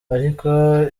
ariko